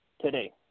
today